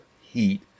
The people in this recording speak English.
heat